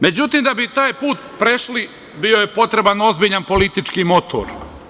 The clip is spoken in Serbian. Međutim, da bi taj put prešli bio je potreban ozbiljan politički motor.